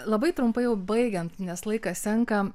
labai trumpai baigiant nes laikas senka